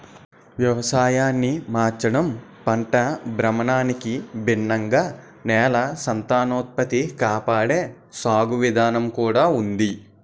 వ్యవసాయాన్ని మార్చడం, పంట భ్రమణానికి భిన్నంగా నేల సంతానోత్పత్తి కాపాడే సాగు విధానం కూడా ఉంది